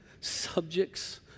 subjects